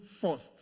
first